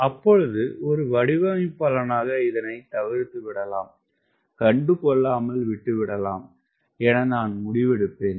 அப்பொழுது ஒரு வடிவமைப்பாளனாக இதனை தவிர்த்துவிடுலாம் கண்டுகொள்ளாமல் விட்டுவிடலாம் என நான் முடிவெடுப்பேன்